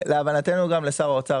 להבנתנו, גם לשר האוצר